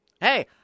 Hey